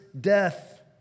death